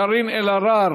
קארין אלהרר,